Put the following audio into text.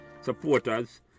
supporters